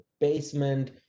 basement